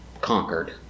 conquered